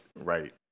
right